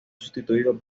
sustituido